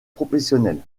professionnels